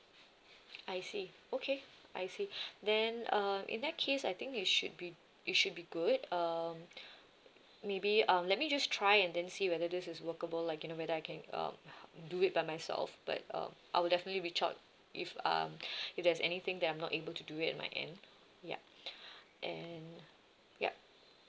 I see okay I see then uh in that case I think it should be it should be good um maybe um let me just try and then see whether this is workable like you know whether I can um do it by myself but uh I will definitely reach out if um if there's anything that I'm not able to do at my end yup and yup